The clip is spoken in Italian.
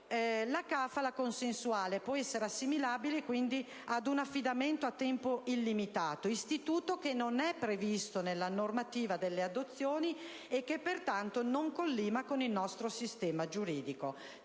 La *kafala* consensuale può essere assimilabile ad un affidamento a tempo illimitato; è un istituto che non è previsto nella normativa delle adozioni e che, pertanto, non collima con il nostro sistema giuridico,